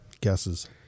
Guesses